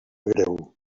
greu